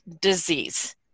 disease